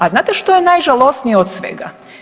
A znate što je najžalosnije od svega?